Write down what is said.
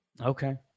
Okay